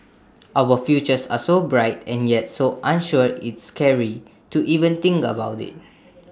our futures are so bright and yet so unsure it's scary to even think about IT